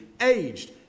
aged